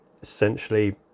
Essentially